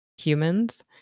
humans